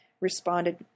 responded